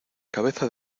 cabeza